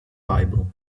bible